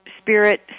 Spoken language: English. spirit